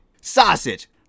Sausage